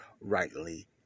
rightly